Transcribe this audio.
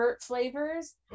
flavors